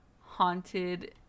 haunted